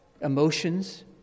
emotions